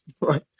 Right